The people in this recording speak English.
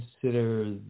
consider